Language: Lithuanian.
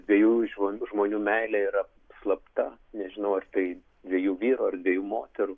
dviejų žmo žmonių meilė yra slapta nežinau ar tai dviejų vyrų ar dviejų moterų